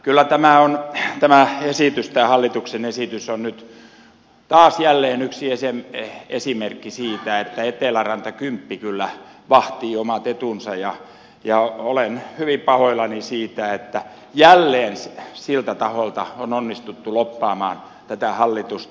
kyllä tämä hallituksen esitys on nyt jälleen yksi esimerkki siitä että eteläranta kymppi kyllä vahtii omat etunsa ja olen hyvin pahoillani siitä että jälleen siltä taholta on onnistuttu lobbaamaan tätä hallitusta